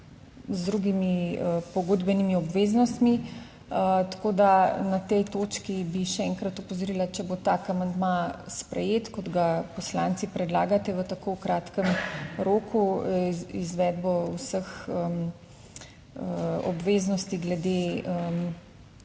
10.15** (Nadaljevanje) Tako da na tej točki bi še enkrat opozorila, če bo tak amandma sprejet, kot ga poslanci predlagate, v tako kratkem roku izvedbo vseh obveznosti glede